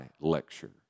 lecture